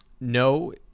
No